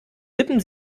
tippen